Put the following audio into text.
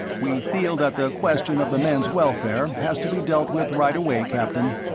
we feel that the question of the men's welfare has to be dealt with right away, captain,